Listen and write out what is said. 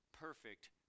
perfect